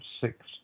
six